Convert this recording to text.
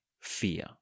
fear